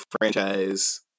franchise